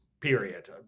period